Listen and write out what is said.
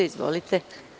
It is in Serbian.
Izvolite.